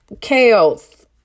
chaos